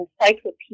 encyclopedia